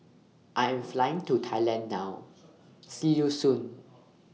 I Am Flying to Thailand now See YOU Soon